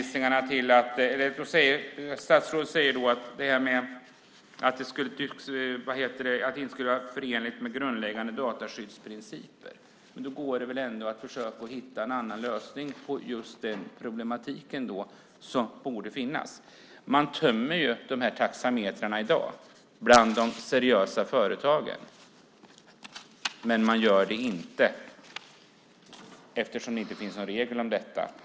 Statsrådet säger att det inte skulle vara förenligt med grundläggande dataskyddsprinciper. Det går väl att hitta en annan lösning på just det problemet. De seriösa företagen tömmer ju taxametrarna i dag. Det gör inte de andra företagen, eftersom det inte finns någon regel om det.